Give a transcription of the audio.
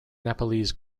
nepalese